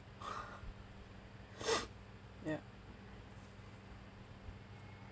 yup